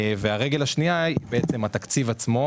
והרגל השנייה היא התקציב עצמו.